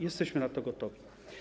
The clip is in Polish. Jesteśmy na to gotowi.